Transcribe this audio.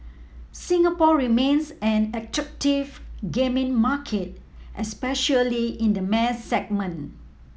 Singapore remains an attractive gaming market especially in the mass segment